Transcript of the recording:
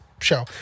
show